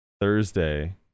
Thursday